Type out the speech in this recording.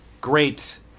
great